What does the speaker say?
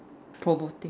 promoting